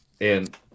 and-